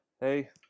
Hey